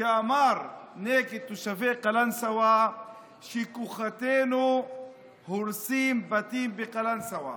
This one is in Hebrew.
שאמר נגד תושבי קלנסווה ש"כוחותינו הורסים בתים בקלנסווה".